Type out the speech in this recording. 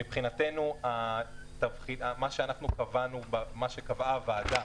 מבחינתנו, מה שקבעה הוועדה